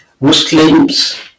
Muslims